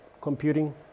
computing